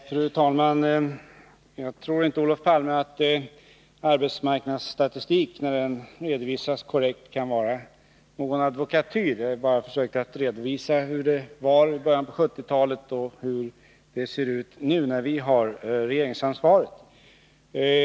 Fru talman! Jag tror inte, Olof Palme, att arbetsmarknadsstatistik kan vara någon advokatyr, när den redovisas korrekt. Jag har bara försökt att redovisa hur det var i början av 1970-talet och hur läget är nu när det är vi som har regeringsansvaret.